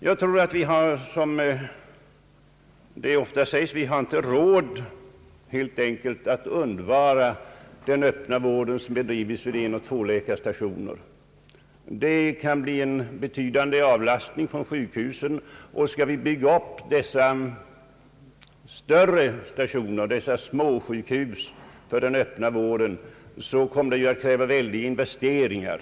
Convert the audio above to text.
Jag tror att vi, som det ofta sägs, helt enkelt inte har råd att undvara den öppna vård som bedrives vid enoch tvåläkarstationer. Den kan bli en betydande avlastning för sjukhusen, och skall vi bygga upp större stationer, eller småsjukhus, för den öppna vården, så kommer det att kräva väldiga investeringar.